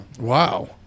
wow